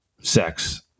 sex